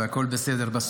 והכול בסדר.